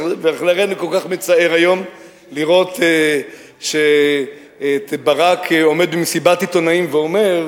לכן כל כך מצער היום לראות את ברק עומד במסיבת עיתונאים ואומר,